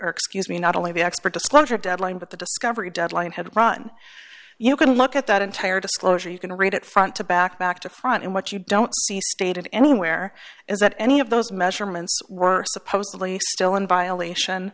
excuse me not only the expert disclosure deadline but the discovery deadline had run you can look at that entire disclosure you can read it front to back back to front and what you don't see stated anywhere is that any of those measurements were supposedly still in violation